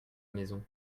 maison